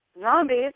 zombies